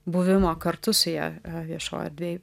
buvimo kartu su ja viešoj erdvėj